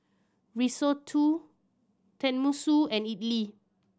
Risotto Tenmusu and Idili